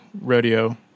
Rodeo